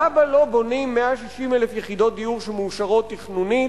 למה לא בונים 160,000 יחידות דיור שמאושרות תכנונית,